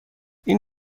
این